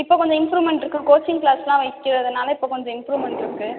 இப்போ கொஞ்சம் இம்ப்ரூவ்மெண்ட் இருக்குது கோச்சிங் கிளாஸ்லாம் வைக்கிறதுனால் இப்போ கொஞ்சம் இம்ப்ரூவ்மெண்ட் இருக்குது